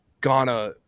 Ghana